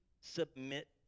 submit